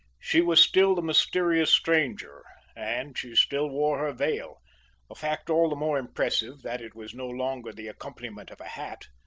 she was still the mysterious stranger, and she still wore her veil a fact all the more impressive that it was no longer the accompaniment of a hat,